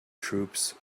troops